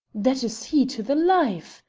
that is he to the life,